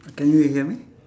can you you hear me